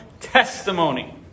testimony